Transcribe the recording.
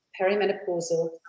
perimenopausal